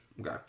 Okay